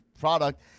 product